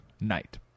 night